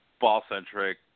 ball-centric